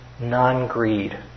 non-greed